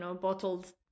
bottled